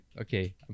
okay